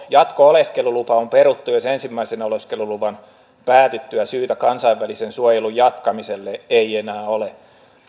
jatko oleskelulupa on peruttu jos ensimmäisen oleskeluluvan päätyttyä syytä kansainvälisen suojelun jatkamiselle ei enää ole